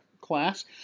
class